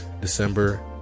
December